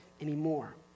anymore